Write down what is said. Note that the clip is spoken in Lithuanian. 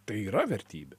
tai yra vertybė